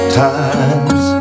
times